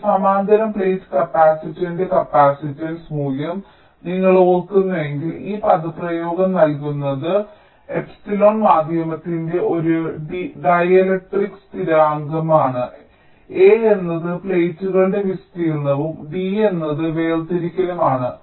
ഒരു സമാന്തര പ്ലേറ്റ് കപ്പാസിറ്ററിന്റെ കപ്പാസിറ്റൻസ് മൂല്യം നിങ്ങൾ ഓർക്കുന്നുവെങ്കിൽ ഈ പദപ്രയോഗം നൽകുന്നത് ε മാധ്യമത്തിന്റെ ഒരു ഡീലക്ട്രിക് സ്ഥിരാങ്കമാണ് A എന്നത് പ്ലേറ്റുകളുടെ വിസ്തീർണ്ണവും d എന്നത് വേർതിരിക്കലുമാണ്